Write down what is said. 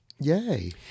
Yay